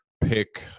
pick